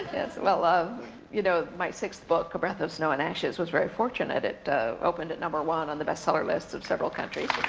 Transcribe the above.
well you know, my sixth book, a breath of snow and ashes was very fortunate. it opened at number one on the bestseller lists of several countries.